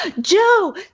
Joe